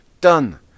Done